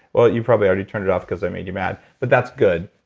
well, you probably already turned it off because i made you mad, but that's good,